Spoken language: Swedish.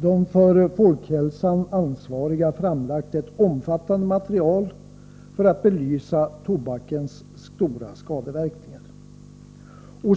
de för folkhälsan ansvariga framlagt ett omfattande material för att belysa tobakens stora skadeverkningar.